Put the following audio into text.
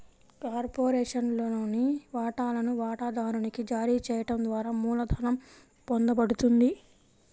కార్పొరేషన్లోని వాటాలను వాటాదారునికి జారీ చేయడం ద్వారా మూలధనం పొందబడుతుంది